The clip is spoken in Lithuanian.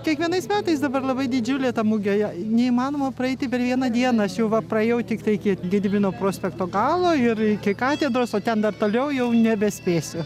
kiekvienais metais dabar labai didžiulė ta mugė neįmanoma praeiti per vieną dieną aš jau va praėjau tiktai iki gedimino prospekto galo ir iki katedros o ten dar toliau jau nebespėsiu